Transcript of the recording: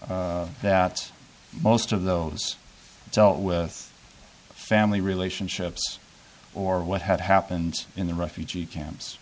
that most of those dealt with family relationships or what had happened in the refugee camps